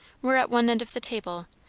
were at one end of the table,